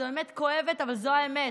זו אמת כואבת, אבל זו האמת.